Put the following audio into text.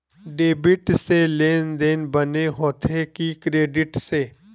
Debit से लेनदेन बने होथे कि क्रेडिट से?